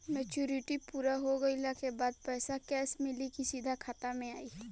Maturity पूरा हो गइला के बाद पईसा कैश मिली की सीधे खाता में आई?